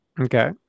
Okay